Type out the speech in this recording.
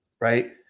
right